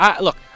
Look